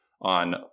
on